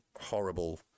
horrible